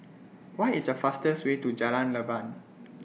What IS The fastest Way to Jalan Leban